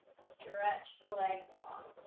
stretch the legs long.